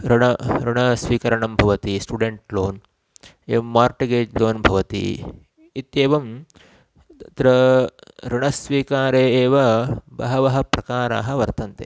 ऋणम् ऋणस्वीकरणं भवति स्टुडेण्ट् लोन् एवं मार्टगेज् लोन् भवति इत्येवं तत्र ऋणस्वीकारे एव बहवः प्रकाराः वर्तन्ते